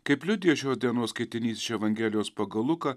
kaip liudija šios dienos skaitinys iš evangelijos pagal luką